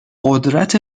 قدرت